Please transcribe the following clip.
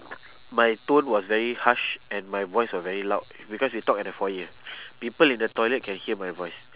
my tone was very harsh and my voice was very loud because we talk at the foyer people in the toilet can hear my voice